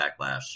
backlash